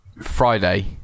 Friday